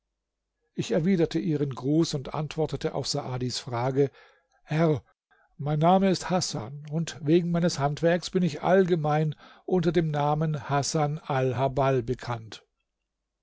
ich erwiderte ihren gruß und antwortete auf saadis frage herr mein name ist hasan und wegen meines handwerks bin ich allgemein unter dem namen hasan alhabbal bekannt